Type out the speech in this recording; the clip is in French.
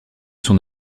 son